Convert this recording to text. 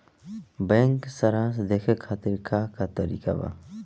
Bank सराश देखे खातिर का का तरीका बा?